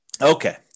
Okay